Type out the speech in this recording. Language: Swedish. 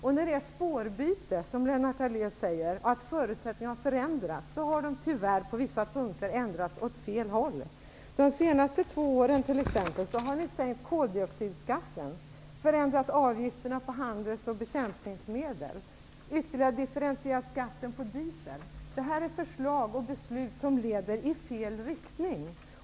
Lennart Daléus säger att det är fråga om spårbyte, att förutsättningarna har förändrats. De har tyvärr på vissa punkter ändrats åt fel håll. De senaste två åren har ni t.ex. sänkt koldioxidskatten, förändrat avgifterna på handelsgödsel och bekämpningsmedel och ytterligare differentierat skatten på diesel. Detta är förslag och beslut som leder i fel riktning.